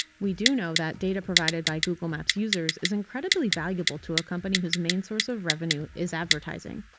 we do know that data provided by google maps users is incredibly valuable to a company whose main source of revenue is advertising.